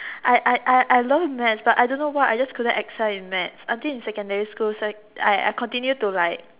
I I I I love maths but I don't why I just couldn't Excel in maths until in secondary school is like I I continue to like